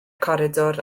coridor